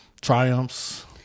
triumphs